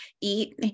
eat